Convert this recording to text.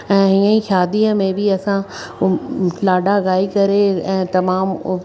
ऐं हीअं ई शादीअ में बि असां लाॾा ॻाई करे ऐं तमामु